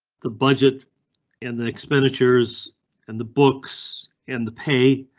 the budget and the expenditures and the books and the pay.